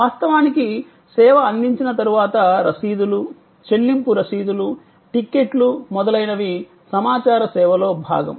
వాస్తవానికి సేవ అందించిన తరువాత రశీదులు చెల్లింపు రశీదులు టిక్కెట్లు మొదలైనవి సమాచార సేవలో భాగం